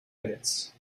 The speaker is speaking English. minutes